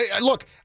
Look